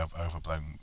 overblown